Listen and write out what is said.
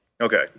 Okay